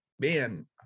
man